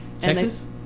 Texas